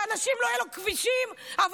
כל מה שאכפת לו זה רק התקציבים המגזריים שלו.